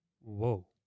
Whoa